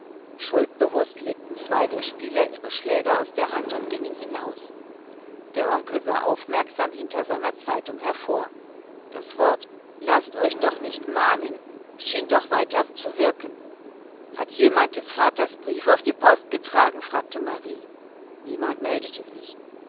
schuldbewußt legten zwei der spieler ihre schläger aus der hand und gingen hinaus der onkel sah aufmerksam hinter seiner zeitung hervor das wort laßt euch doch nicht mahnen schien noch weiter zu wirken hat jemand des vaters brief auf die post getragen fragte marie niemand meldete sich